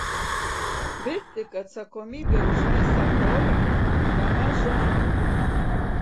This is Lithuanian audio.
vis tik atsakomybė už visą chorą nemaža